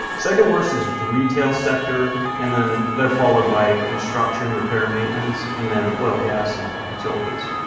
second-worst is the retail sector. and then they're followed by construction, repair, maintenance, and then oil, gas and utilities.